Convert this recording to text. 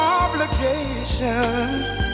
obligations